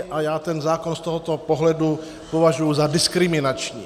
A já ten zákon z tohoto pohledu považuji za diskriminační.